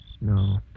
No